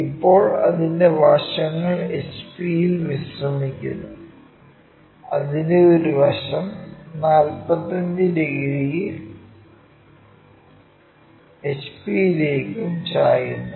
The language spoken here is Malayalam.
ഇപ്പോൾ അതിന്റെ വശങ്ങൾ HP യിൽ വിശ്രമിക്കുന്നു അതിന്റെ ഒരു വശം 45 ഡിഗ്രി HP യിലേക്കും ചായുന്നു